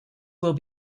will